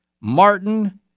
Martin